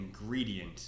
ingredient